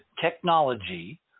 technology